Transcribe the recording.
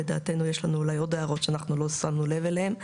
לדעתנו יש לנו אולי עוד הערות שאנחנו לא שמנו לב אליהן.